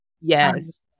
Yes